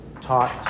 taught